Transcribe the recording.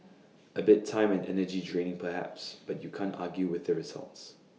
A bit time and energy draining perhaps but you can't argue with the results